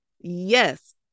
Yes